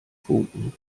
funken